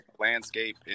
landscape